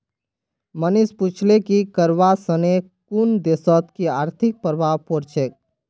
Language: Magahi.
मनीष पूछले कि करवा सने कुन देशत कि आर्थिक प्रभाव पोर छेक